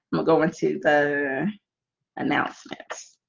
i'll go into the announcements